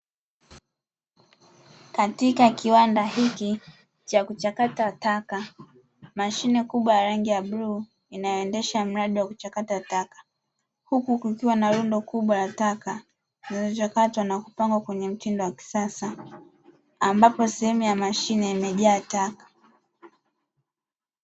Katika kiwanda hiki cha kuchakata taka, mashine kubwa ya rangi ya buluu inaendesha mradi wa kuchakata taka. Huku kukiwa na rundo kubwa la taka zilizokata, na kupangwa kwenye mtindo wa kisasa ambapo sehemu ya mashine imejaa taka.